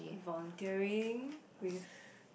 volunteering with